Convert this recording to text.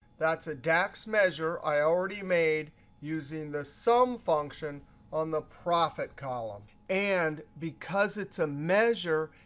that's a tax measure i already made using the sum function on the profit column. and because it's a measure,